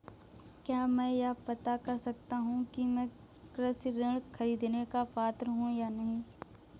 क्या मैं यह पता कर सकता हूँ कि मैं कृषि ऋण ख़रीदने का पात्र हूँ या नहीं?